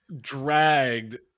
dragged